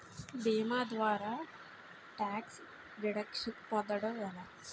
భీమా ద్వారా tax deduction పొందటం ఎలా?